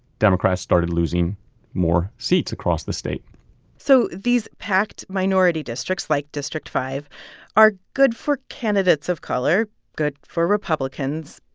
democrats started losing more seats across the state so these packed minority districts like district five are good for candidates of color, good for republicans,